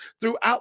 throughout